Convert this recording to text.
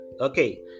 Okay